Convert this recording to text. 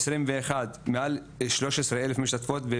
ב-2021 מעל 13 אלף משתתפות.